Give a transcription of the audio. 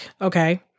okay